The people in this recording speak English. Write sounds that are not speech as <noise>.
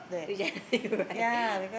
to <laughs>